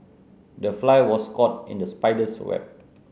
the fly was caught in the spider's web